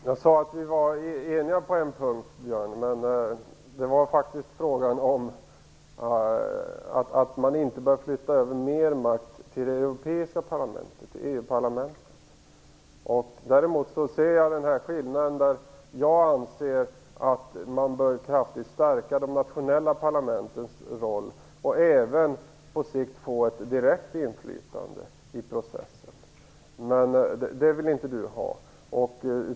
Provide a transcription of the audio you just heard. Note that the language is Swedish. Herr talman! Jag sade att vi var eniga på en punkt, men det var faktiskt i frågan om att man inte bör flytta över mer makt till EU-parlamentet. Däremot anser jag att man kraftigt bör stärka de nationella parlamentens roll och även på sikt ge dessa ett direkt inflytande i processen. Men det vill inte Björn von Sydow ha.